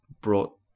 Brought